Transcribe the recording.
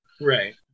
right